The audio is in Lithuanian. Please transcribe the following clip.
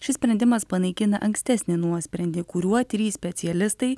šis sprendimas panaikina ankstesnį nuosprendį kuriuo trys specialistai